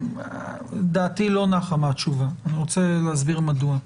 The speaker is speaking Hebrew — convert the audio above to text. דעתי לא נחה מהתשובה ואני רוצה להסביר מדוע.